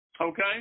Okay